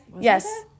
yes